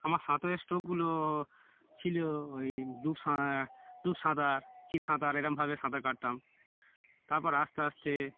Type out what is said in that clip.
আমার সাঁতারের স্ট্রোকগুলো ছিল ওই ডুব সাঁ ডুব সাঁতার চিৎ সাঁতার এরকমভাবে সাঁতার কাটতাম তারপর আস্তে আস্তে